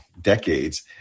decades